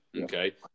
Okay